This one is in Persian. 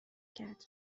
کرد